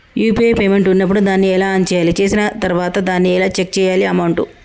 UPI payment ఉన్నప్పుడు దాన్ని ఎలా ఆన్ చేయాలి? చేసిన తర్వాత దాన్ని ఎలా చెక్ చేయాలి అమౌంట్?